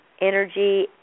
energy